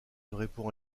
répond